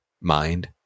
Mind